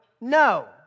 no